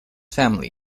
family